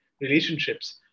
relationships